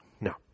No